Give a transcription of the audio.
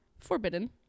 forbidden